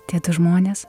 tie du žmonės